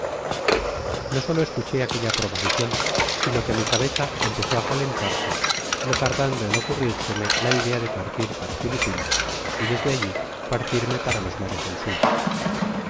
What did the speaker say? no solo escuché aquella proposicion sino que mi cabeza empezó á calentarse no tardando en ocurrirseme la idea de partir para filipinas y desde alli partirme para los mares del sud